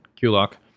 Kulak